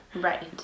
Right